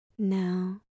Now